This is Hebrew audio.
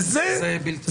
וזה -- זה בלתי-אפשרי.